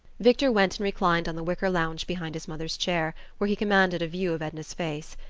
victor went and reclined on the wicker lounge behind his mother's chair, where he commanded a view of edna's face.